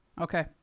Okay